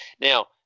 Now